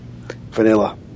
Vanilla